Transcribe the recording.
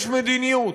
יש מדיניות.